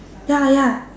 ya ya